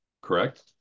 correct